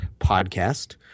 Podcast